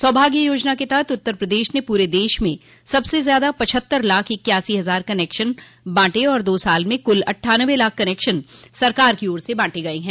सौभाग्य योजना के तहत उत्तर प्रदेश ने पूरे देश में सबसे ज्यादा पचहत्तर लाख इक्यासी हजार कनेक्शन बांटे और दो सालों में कुल अट्ठानवे लाख कनेक्शन सरकार की ओर से बांटे गये हैं